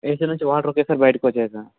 AC లోంచి water ఒకేసారి బయటికి వచ్చాయి సార్